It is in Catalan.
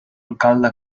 alcalde